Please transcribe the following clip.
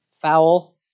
foul